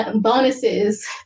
bonuses